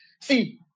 See